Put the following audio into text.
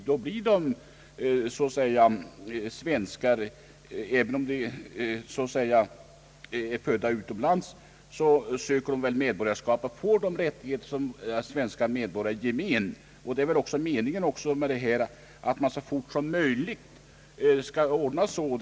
Har de fått fotfäste här och bildat familj söker de medborgarskap och får samma rättigheter som svenska medborgare i gemen. Meningen med detta ärende är väl också att man så fort som möjligt skall ordna det så.